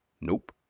Nope